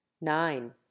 nine